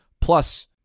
plus